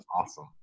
awesome